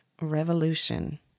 revolution